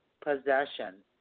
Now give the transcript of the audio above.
possession